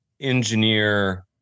engineer